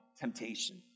temptation